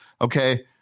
okay